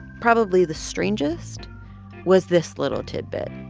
probably the strangest was this little tidbit.